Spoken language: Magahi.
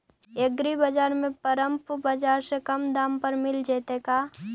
एग्रीबाजार में परमप बाजार से कम दाम पर मिल जैतै का?